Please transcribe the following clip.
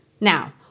Now